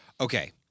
Okay